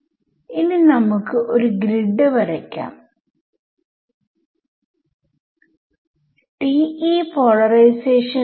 equation 2 നെ 1 ലേക്ക് ഇട്ടാൽ ഇത് എനിക്ക് സ്പേസിൽ പ്രയോഗിക്കാം ടൈമിൽ പ്രയോഗിക്കാം